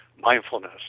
mindfulness